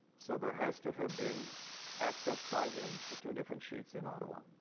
so there has to have been access by him to two different sheets in ottawa.